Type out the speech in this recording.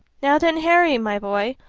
now, then, harry, my boy,